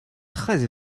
très